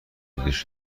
نور